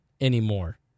anymore